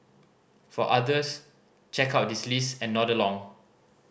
for others check out this list and nod along